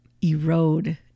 erode